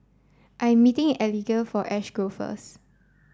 I'm meeting Elige at Ash Grove first